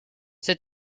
cet